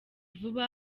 vuba